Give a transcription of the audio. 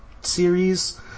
series